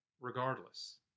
regardless